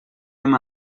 hem